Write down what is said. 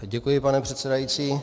Děkuji, pane předsedající.